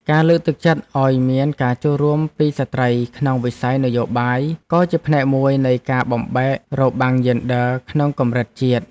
ការលើកទឹកចិត្តឱ្យមានការចូលរួមពីស្ត្រីក្នុងវិស័យនយោបាយក៏ជាផ្នែកមួយនៃការបំបែករបាំងយេនឌ័រក្នុងកម្រិតជាតិ។